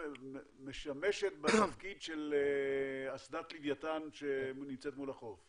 שמשמשת בתפקיד של אסדת לוויין שנמצאת מול החוף.